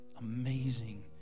amazing